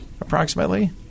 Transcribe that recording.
approximately